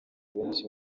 benshi